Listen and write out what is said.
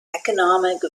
economic